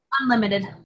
Unlimited